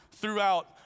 throughout